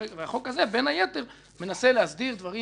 והחוק הזה, בין היתר, מנסה להסדיר דברים